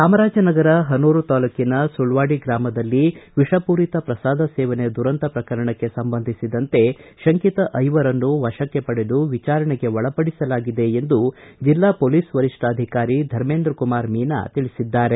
ಚಾಮರಾಜನಗರ ಹನೂರು ತಾಲೂಕಿನ ಸುಲ್ವಾಡಿ ಗ್ರಾಮದಲ್ಲಿವಿಷಪೂರಿತ ಪ್ರಸಾದ ಸೇವನೆ ದುರಂತ ಪ್ರಕರಣಕ್ಕೆ ಸಂಬಂಧಿಸಿದಂತೆ ಶಂಕಿತ ಐವರನ್ನು ವಶಕ್ಕೆ ಪಡೆದು ವಿಚಾರಣೆಗೆ ಒಳಪಡಿಸಲಾಗಿದೆ ಎಂದು ಜಿಲ್ಲಾ ಪೊಲೀಸ್ ವರಿಷ್ಠಾಧಿಕಾರಿ ಧರ್ಮೇಂದ್ರಕುಮಾರ್ ಮೀನಾ ತಿಳಿಸಿದ್ದಾರೆ